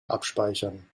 abspeichern